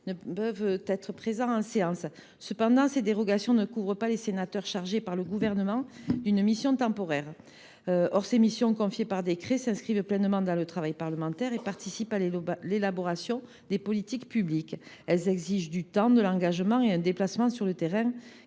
ne peuvent être présents en séance. Cependant, ces dérogations ne couvrent pas les sénateurs chargés par le Gouvernement d’une mission temporaire. Or ces missions, qui leur sont confiées par décret, s’inscrivent pleinement dans le travail parlementaire et contribuent à l’élaboration des politiques publiques. Elles exigent du temps, de l’engagement et des déplacements sur le terrain